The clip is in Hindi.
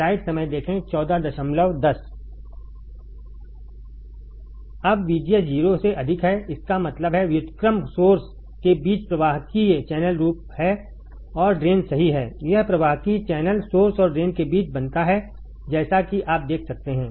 अब VGS 0 से अधिक है इसका मतलब है व्युत्क्रम सोर्स के बीच प्रवाहकीय चैनल रूप हैं और ड्रेन सही है यह प्रवाहकीय चैनल सोर्स और ड्रेन के बीच बनता है जैसा कि आप देख सकते हैं